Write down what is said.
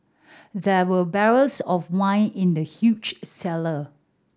there were barrels of wine in the huge cellar